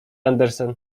andersen